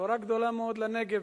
בשורה גדולה מאוד לנגב.